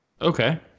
Okay